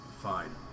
Fine